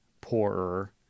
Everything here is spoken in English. poorer